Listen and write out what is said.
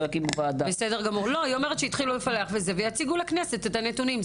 היא אומרת שהתחילו לפלח ויציגו לכנסת את הנתונים.